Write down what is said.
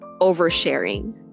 Oversharing